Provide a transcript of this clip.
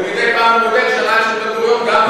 ומדי פעם הוא בודק שהעיניים של בן-גוריון גם לא עצומות.